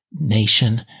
Nation